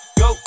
go